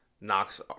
knocks